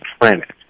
planet